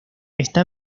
está